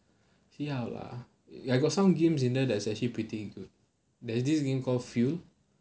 see how lah I got some games in there that's actually pretty good there's this game call fuel